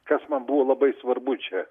kas man buvo labai svarbu čia